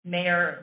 Mayor